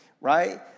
right